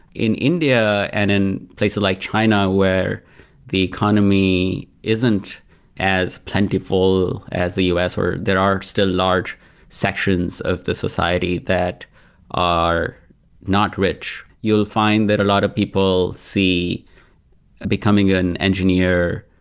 in india and in places like china where the economy isn't as plentiful as the us, or there are still large sections of the society that are not rich, you'll find that a lot of people see ah becoming an engineer,